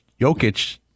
Jokic